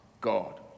God